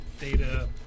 data